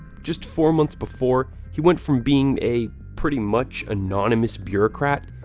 just four months before, he went from being a pretty much anonymous bureaucrat,